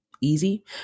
easy